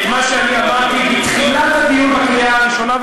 את מה שאני אמרתי בתחילת הדיון בקריאה הראשונה,